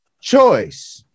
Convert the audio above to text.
choice